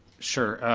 sure,